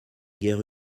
guère